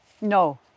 No